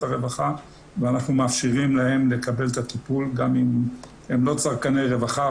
הרווחה ואנחנו מאפשרים להם לקבל את הטיפול גם אם הם לא צרכני רווחה,